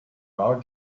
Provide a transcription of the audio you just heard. our